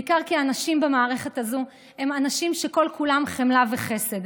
בעיקר כי האנשים במערכת הזו הם אנשים שכל-כולם חמלה וחסד,